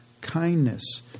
kindness